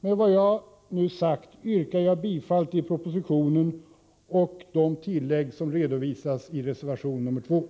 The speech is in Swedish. Med vad jag nu sagt yrkar jag bifall till reservation 2 och i Övrigt till utskottets hemställan.